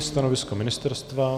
Stanovisko ministerstva?